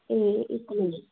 ਅਤੇ ਇੱਕ ਮਿੰਟ